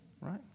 Right